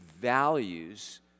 values